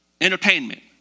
Entertainment